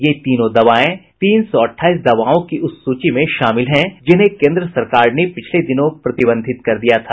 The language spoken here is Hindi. ये तीनों दवाएं तीन सौ अट्ठाईस दवाओं की उस सूची में शामिल हैं जिन्हें केंद्र सरकार ने पिछले दिनों प्रतिबंधित कर दिया था